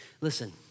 Listen